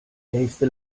nächste